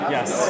Yes